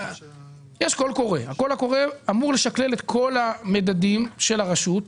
יש קול קורא שאמור לשקלל את כל המדדים של הרשות,